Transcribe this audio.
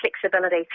flexibility